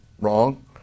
Wrong